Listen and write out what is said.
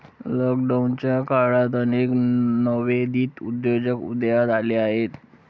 लॉकडाऊनच्या काळात अनेक नवोदित उद्योजक उदयास आले आहेत